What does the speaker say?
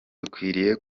dukwiriye